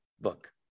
book